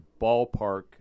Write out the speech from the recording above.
ballpark